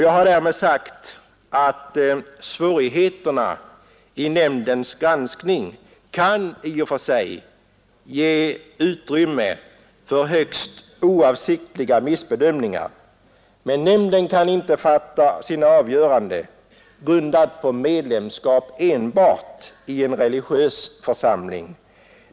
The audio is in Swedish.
Jag har därmed sagt att svårigheterna vid nämndens granskning i och för sig kan ge utrymme för högst oavsiktliga missbedömningar. Men nämnden kan inte fatta sina avgöranden enbart på grundval av en sökandes medlemskap i en religiös församling.